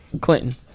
Clinton